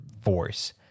force